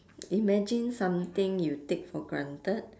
imagine something you take for granted